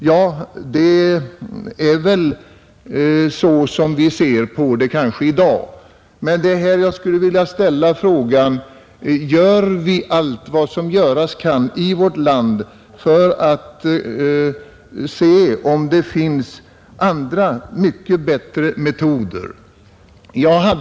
Ja, det är väl så som vi ser på detta i dag, men jag skulle vilja ställa frågan om vi gör allt vad som kan göras i vårt land för att undersöka om det finns andra och mycket bättre metoder.